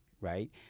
right